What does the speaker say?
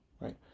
right